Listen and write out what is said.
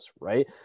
Right